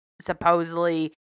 supposedly—